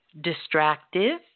distractive